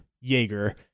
Jaeger